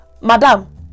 Madam